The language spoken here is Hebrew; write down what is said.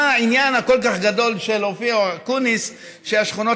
מה העניין הכל-כך גדול של אופיר אקוניס שהשכונות